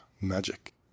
magic